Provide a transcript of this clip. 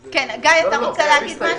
גיא, אתה רוצה להגיד משהו?